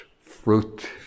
fruit